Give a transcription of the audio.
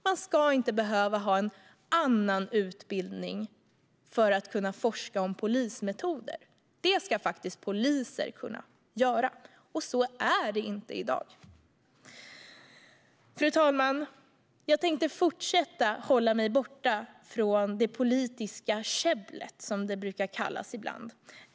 Man ska inte behöva ha en annan utbildning för att kunna forska om polismetoder. Det ska faktiskt poliser kunna göra, men så är det inte i dag. Fru talman! Jag tänkte fortsätta att hålla mig borta från det politiska käbblet, som det ibland kallas.